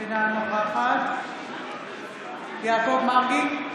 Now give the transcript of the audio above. אינה נוכחת יעקב מרגי,